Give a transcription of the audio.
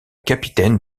capitaine